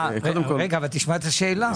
רגע אבל תשמע את השאלה,